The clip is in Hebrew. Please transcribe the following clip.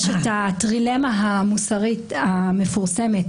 יש את הטרילמה המוסרית המפורסמת